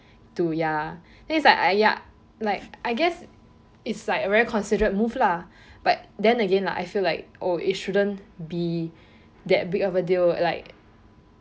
to ya it is like like I guess is like very considerate move lah but then again la I feel like oh it shouldn't be that big of a deal like